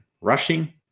rushing